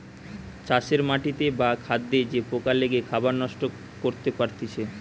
চাষের মাটিতে বা খাদ্যে যে পোকা লেগে খাবার নষ্ট করতে পারতিছে